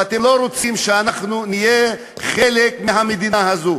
ואתם לא רוצים שאנחנו נהיה חלק מהמדינה הזו.